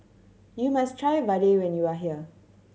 you must try vadai when you are here